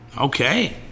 Okay